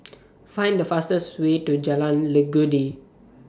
Find The fastest Way to Jalan Legundi